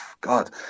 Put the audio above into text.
God